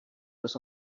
was